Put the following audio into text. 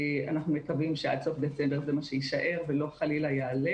אנחנו מקווים שעד סוף דצמבר זה מה שיישאר ולא חלילה יעלה.